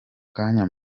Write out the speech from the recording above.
kanya